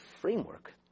framework